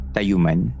Tayuman